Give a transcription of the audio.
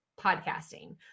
podcasting